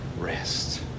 rest